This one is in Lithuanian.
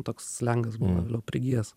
toks slengas buvo vėliau prigijęs